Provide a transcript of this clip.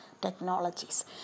technologies